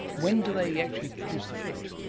when do they actually produce the fruit?